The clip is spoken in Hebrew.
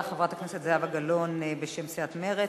תודה רבה לך, חברת הכנסת זהבה גלאון בשם סיעת מרצ.